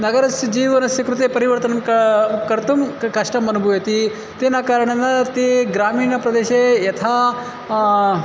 नगरस्य जीवनस्य कृते परिवर्तनं क कर्तुं कष्टम् अनुभूयते तेन कारणेन ते ग्रामीणप्रदेशे यथा